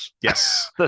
Yes